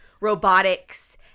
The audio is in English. robotics